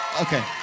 Okay